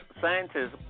scientists